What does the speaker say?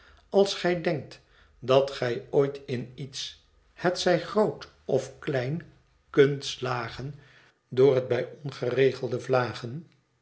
als gij denkt dat gij ooit in iets hetzij groot of klein kunt slagen door het bij ongeregelde vlagen